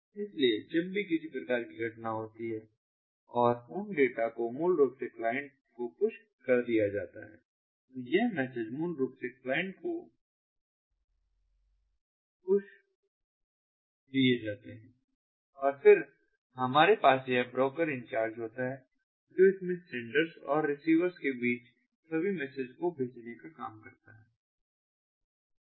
इसलिए जब भी किसी प्रकार की घटना होती है और उन डेटा को मूल रूप से क्लाइंट को पुश कर दिया जाता है तो ये मैसेज मूल रूप से क्लाइंट को पुश दिए जाते हैं और फिर हमारे पास यह ब्रोकर इंचार्ज होता है जो इसमें सेंडर्स और रिसीवर्स के बीच सभी मेसेजस को भेजने का काम करता है